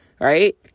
right